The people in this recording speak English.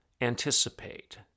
anticipate